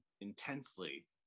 intensely